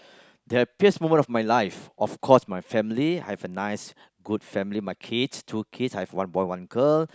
the happiest moment of my life of course my family I have a nice good family my kids two kids I have one boy one girl